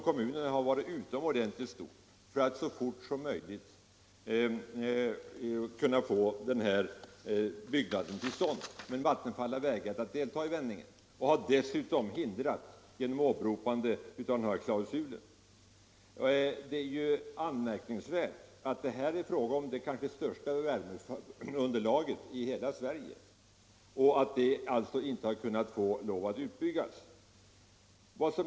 Kommunernas intresse att så fort som möjligt få till stånd en utbyggnad har varit utomordentligt stort, men Vattenfall har vägrat att delta och har dessutom genom åberopande av denna klausul förhindrat en utbyggnad. Det är anmärkningsvärt att det här är fråga om det kanske största underlaget för en sådan utbyggnad i hela Sverige. Den utbyggnaden har alltså inte fått göras.